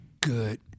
good